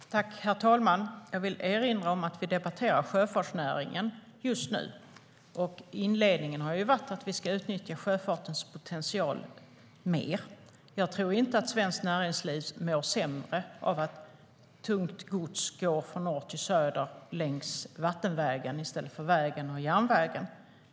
STYLEREF Kantrubrik \* MERGEFORMAT SjöfartsfrågorJag tror inte att svenskt näringsliv mår sämre av att tungt gods går från norr till söder vattenvägen i stället för på väg och järnväg.